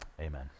amen